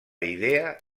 idea